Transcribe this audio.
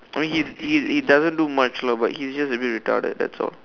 I mean he's he's he doesn't do much lah but he's just really retarded that's all